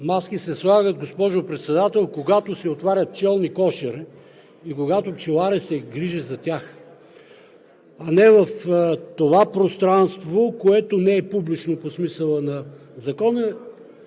Маски се слагат, госпожо Председател, когато се отварят пчелни кошери и когато пчеларят се грижи за тях, а не в това пространство, което не е публично по смисъла на Закона.